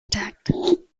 attacked